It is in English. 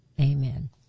Amen